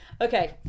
Okay